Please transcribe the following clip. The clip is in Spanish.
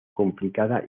complicada